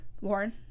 Lauren